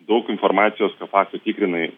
daug informacijos ką faktų tikrinai